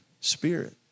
Spirit